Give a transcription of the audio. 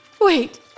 Wait